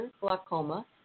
glaucoma